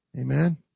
Amen